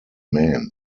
men